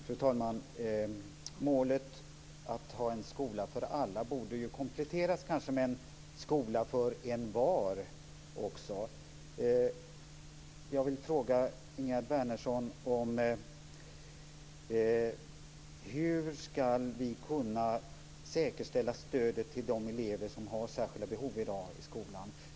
Fru talman! Målet om en skola för alla borde kanske kompletteras med en skola för envar. Jag vill fråga Ingegerd Wärnersson: Hur skall vi kunna säkerställa stödet till de elever som i dag har särskilda behov i skolan?